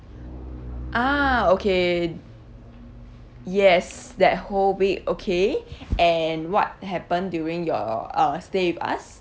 ah okay yes that whole week okay and what happened during your uh stay with us